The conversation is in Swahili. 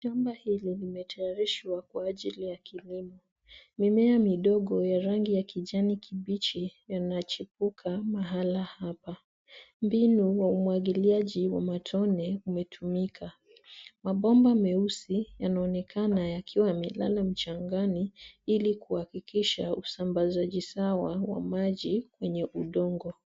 Shamba hili limetayarishwa kwa ajili ya kilimo. Mimea midogo ya rangi ya kijani kibichi yanachipuka mahala hapa. Mbinu wa umwagiliaji wa matone umetumika. Mabomba meusi yanaonekana yakiwa yamelala mchangani ili kuhakikisha usambazaji sawa wa maji kwenye udongo.